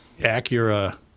Acura